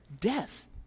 death